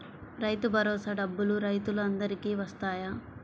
రైతు భరోసా డబ్బులు రైతులు అందరికి వస్తాయా?